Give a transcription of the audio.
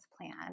plan